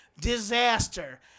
Disaster